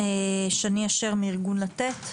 הדברים, שני אשר מארגון "לתת".